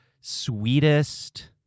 sweetest